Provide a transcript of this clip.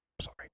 sorry